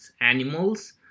animals